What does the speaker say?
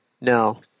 No